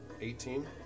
Eighteen